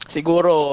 Siguro